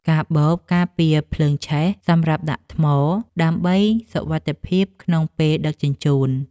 កាបូបការពារភ្លើងឆេះសម្រាប់ដាក់ថ្ម ដើម្បីសុវត្ថិភាពក្នុងពេលដឹកជញ្ជូន។